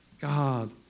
God